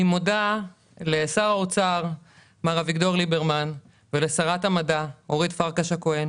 אני מודה לשר האוצר מר אביגדור ליברמן ולשרת המדע אורית פרקש הכהן